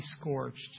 scorched